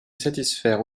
satisfaire